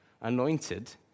anointed